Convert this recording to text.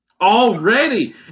Already